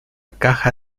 caja